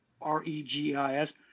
R-E-G-I-S